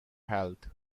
health